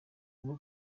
hong